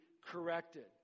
corrected